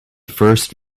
first